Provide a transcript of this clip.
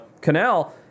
canal